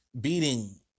beating